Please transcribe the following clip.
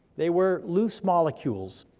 they were loose molecules,